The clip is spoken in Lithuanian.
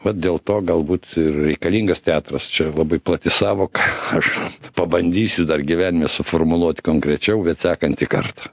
vat dėl to galbūt ir reikalingas teatras čia labai plati sąvoka aš pabandysiu dar gyvenime suformuluoti konkrečiau bet sekantį kartą